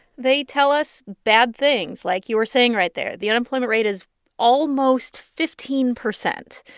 they tell us bad things like you were saying right there. the unemployment rate is almost fifteen percent.